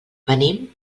venim